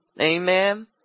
Amen